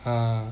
uh